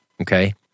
Okay